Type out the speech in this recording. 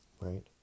right